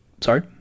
Sorry